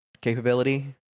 capability